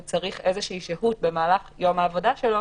הוא צריך שהות במהלך יום העבודה שלו